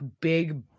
big